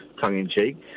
tongue-in-cheek